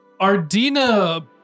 Ardina